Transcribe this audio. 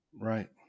Right